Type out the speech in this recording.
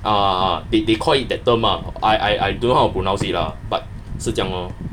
uh uh uh they they call it that term ah I I I don't know how to pronounce it lah but 是这样 lor